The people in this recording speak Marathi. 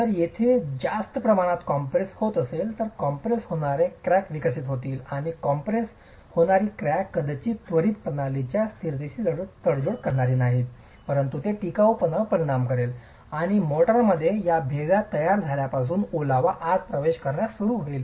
जर तेथे जास्त प्रमाणात कॉम्प्रेस होत असेल तर कॉम्प्रेस होणारे क्रॅक विकसित होतील आणि कॉम्प्रेस होणारी क्रॅक कदाचित त्वरित प्रणालीच्या स्थिरतेशी तडजोड करणार नाहीत परंतु ते टिकाऊपणावर परिणाम करेल कारण मोर्टारमध्येच या भेगा तयार झाल्यापासून ओलावा आत प्रवेश करणे सुरू होईल